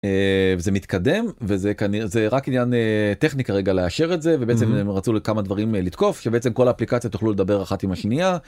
זה מתקדם וזה כנראה זה רק עניין טכני רגע לאשר את זה ובעצם הם רצו לכמה דברים להתקוף שבעצם כל אפליקציה תוכלו לדבר אחת עם השנייה.